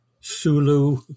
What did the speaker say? Sulu